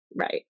Right